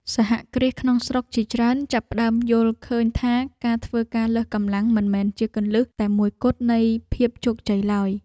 សហគ្រាសក្នុងស្រុកជាច្រើនចាប់ផ្តើមយល់ឃើញថាការធ្វើការលើសកម្លាំងមិនមែនជាគន្លឹះតែមួយគត់នៃភាពជោគជ័យឡើយ។